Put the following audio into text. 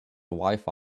wifi